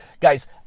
guys